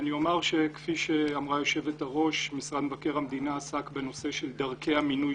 כפי שאמרה היושבת-ראש משרד מבקר המדינה עסק בנושא של דרכי המינוי